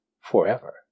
forever